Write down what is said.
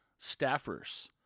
staffers